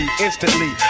instantly